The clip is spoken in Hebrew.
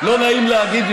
לא נעים להגיד,